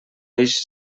eix